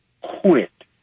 quit